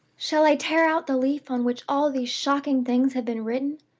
shall i tear out the leaf on which all these shocking things have been written?